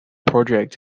project